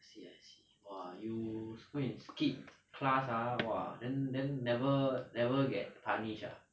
I see I see !wah! you go and skip class ah !wah! then then never never get punished ah